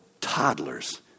toddlers